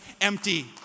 empty